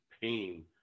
pain